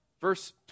Verse